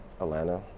Atlanta